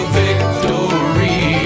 victory